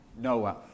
Noah